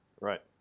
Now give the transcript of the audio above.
Right